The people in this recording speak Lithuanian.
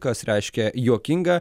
kas reiškia juokinga